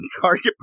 target